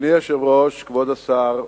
אדוני היושב-ראש, כבוד השר,